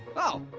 oh,